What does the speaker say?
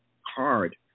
hard